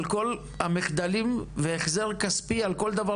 על כל המחדלים והחזר כספי על כל דבר